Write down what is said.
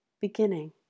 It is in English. beginning